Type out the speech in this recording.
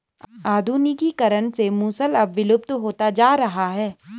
आधुनिकीकरण से मूसल अब विलुप्त होता जा रहा है